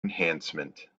enhancement